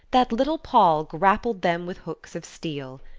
that little poll grappled them with hooks of steel.